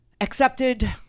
accepted